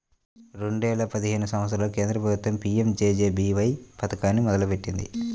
రెండేల పదిహేను సంవత్సరంలో కేంద్ర ప్రభుత్వం పీ.యం.జే.జే.బీ.వై పథకాన్ని మొదలుపెట్టింది